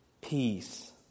Peace